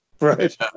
Right